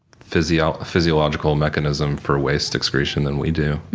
physiological physiological mechanism for waste excretion than we do,